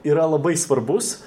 yra labai svarbus